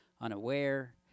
unaware